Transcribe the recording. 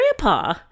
grandpa